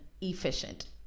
efficient